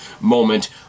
moment